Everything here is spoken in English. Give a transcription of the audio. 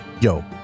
Yo